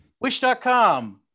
Wish.com